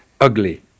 ugly